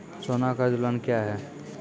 सोना कर्ज लोन क्या हैं?